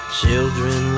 children